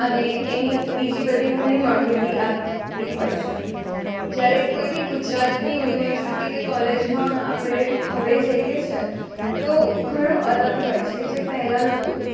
અને એની બીજી બધી ઘણી માહિતી આપતી હોય છે જ્યારે કોઈ બી ગુજરાતની યુનિવર્સિટી કે કોલેજમાં આપણે હવે જઈએ છે તો ઘણું અલગ હોય છે જે પહેલાં નહોતું